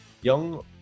Young